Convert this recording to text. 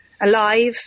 Alive